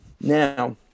Now